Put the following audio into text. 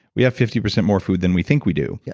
we have fifty percent more food than we think we do, yeah